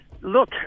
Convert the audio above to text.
Look